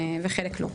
וחלק לא.